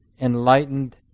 enlightened